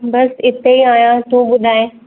बसि इते ई आहियां तूं ॿुधाए